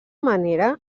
manera